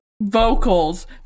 vocals